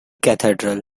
cathedral